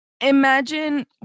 imagine